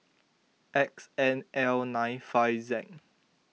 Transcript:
X N L nine five Z